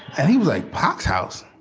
and he was a packed house.